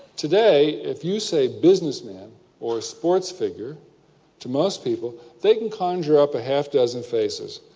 today, if you say businessman or sports figure to most people, they can conjure up a half-dozen faces,